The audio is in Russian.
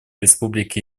республики